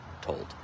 told